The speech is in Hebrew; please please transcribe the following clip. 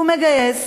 הוא מגייס,